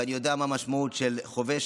ואני יודע מה המשמעות של חובש,